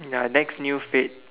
ya next new fad